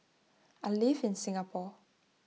I live in Singapore